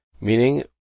meaning